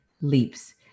leaps